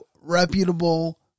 reputable